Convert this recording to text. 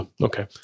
Okay